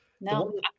No